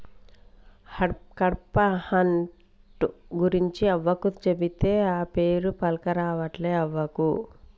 కడ్పాహ్నట్ గురించి అవ్వకు చెబితే, ఆ పేరే పల్కరావట్లే అవ్వకు